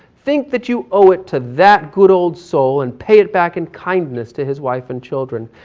think that you owe it to that good old soul and pay it back in kindness to his wife and children.